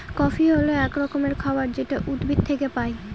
coffee হল এক রকমের খাবার যেটা উদ্ভিদ থেকে পায়